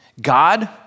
God